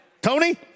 Tony